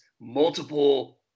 multiple